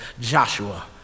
Joshua